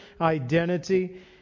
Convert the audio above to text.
identity